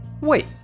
Wait